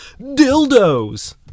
dildos